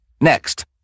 Next